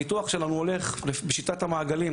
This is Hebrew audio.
הניתוח שלנו הולך לפי שיטת המעגלים,